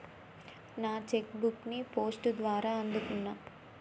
నా check book ని post ద్వారా అందుకున్నా